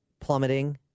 plummeting